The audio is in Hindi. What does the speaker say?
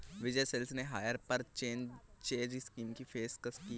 विजय सेल्स ने हायर परचेज स्कीम की पेशकश की हैं